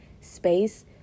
space